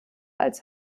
als